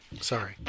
Sorry